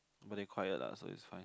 very quiet lah so it's fine